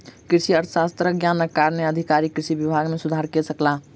कृषि अर्थशास्त्रक ज्ञानक कारणेँ अधिकारी कृषि विभाग मे सुधार कय सकला